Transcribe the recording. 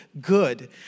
good